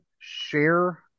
share